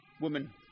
Woman